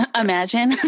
imagine